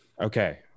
Okay